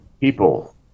people